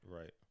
Right